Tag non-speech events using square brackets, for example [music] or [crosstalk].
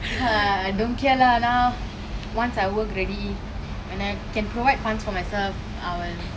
[noise] I don't care lah now once I work already when I can provide funds for myself I will